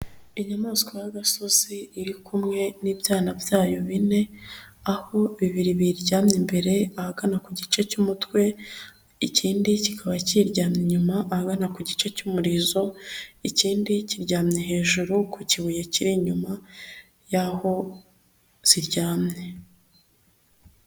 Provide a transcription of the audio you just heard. Inyamaswa y'agasozi iri kumwe n'ibyana byayo bine aho bibiri biryamye imbere ahagana ku gice cy'umutwe, ikindi kikaba kiyiryamye inyuma ahagana ku gice cy'umurizo, ikindi kiryamye hejuru ku kibuye kiri inyuma y'aho ziryamye.